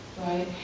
Right